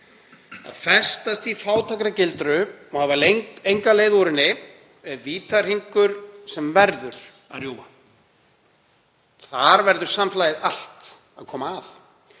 Að festast í fátæktargildru og hafa enga leið út úr henni er vítahringur sem verður að rjúfa. Þar verður samfélagið allt að koma að.